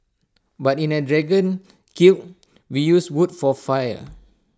but in A dragon kiln we use wood for fire